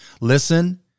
Listen